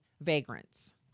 vagrants